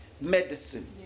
medicine